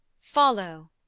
follow